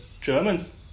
Germans